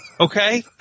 Okay